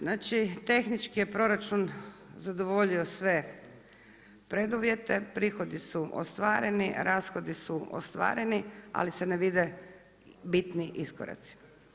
Znači, tehnički je proračun zadovoljio sve preduvjete, prihodi su ostvareni, rashodi su ostvareni ali se ne vide bitni iskoraci.